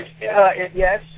Yes